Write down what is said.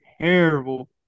terrible